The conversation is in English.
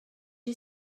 you